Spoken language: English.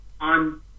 On